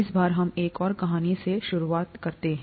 इस बार हम एक और कहानी के साथ शुरू करते हैं